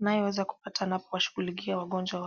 anaweza kupata anapowashughulikia wagonjwa wake.